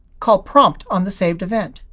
call prompt on the saved event.